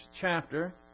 chapter